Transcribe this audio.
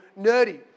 nerdy